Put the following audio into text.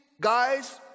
guys